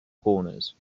corners